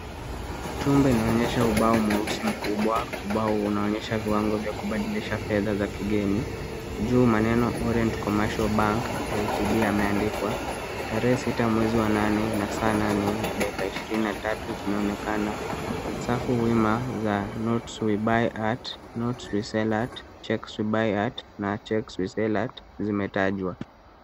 Chumba inaonyesha ubao mweusi mkubwa, ubao unaonyesha viwango vya kubadilisha fedha za kigeni. Juu maneno Orient Commercial Bank, Ltd , yameandikwa, tarehe 6/08 na saa 8:23 zinaonekana, safu wima za notes we buy at, notes we sell at, checks we buy at , na checks we sell at zimetajwa.